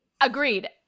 Agreed